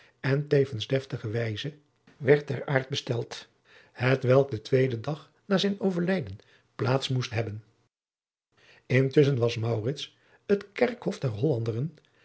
en tevens deftige wijze werd ter aarde besteld hetwelk den tweeden dag na zijn overlijden plaats moest hebben intusschen was maurits het kerkhof der